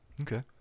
okay